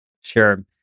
Sure